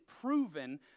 proven